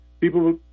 people